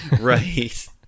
Right